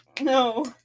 No